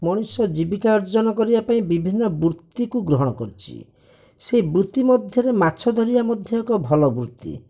ମଣିଷ ଜୀବିକା ଅର୍ଜନ କରିବାପାଇଁ ବିଭିନ୍ନ ବୃତ୍ତିକୁ ଗ୍ରହଣ କରିଛି ସେହି ବୃତ୍ତି ମଧ୍ୟରୁ ମାଛ ଧରିବା ମଧ୍ୟ ଏକ ଭଲ ବୃତ୍ତି